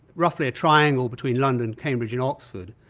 roughly a triangle between london, cambridge, and oxford,